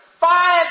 five